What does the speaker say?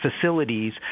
facilities